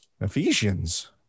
Ephesians